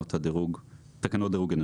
תקנות דירוג אנרגטי),